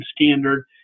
standard